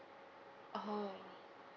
[uh huh]